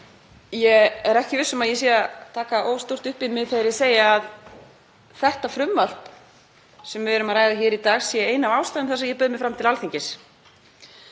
Ég er ekki viss um að ég sé að taka of stórt upp í mig þegar ég segi að það frumvarp sem við ræðum hér í dag sé ein af ástæðum þess að ég bauð mig fram til Alþingis.